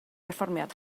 perfformiad